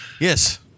Yes